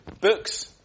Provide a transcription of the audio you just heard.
books